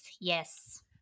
Yes